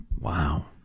Wow